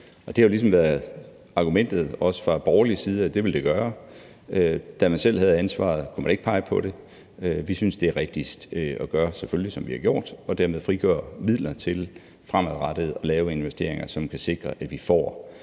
ligesom været argumentet også fra borgerlig side, at det vil det gøre. Da man selv havde ansvaret, kunne man ikke pege på det. Vi synes selvfølgelig, det er rigtigst at gøre, som vi har gjort og dermed frigøre midler til fremadrettet at lave investeringer, som kan sikre, at vi får